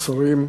השרים,